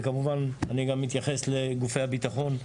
וכמובן אני גם מתייחס לגופי הביטחון,